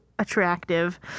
attractive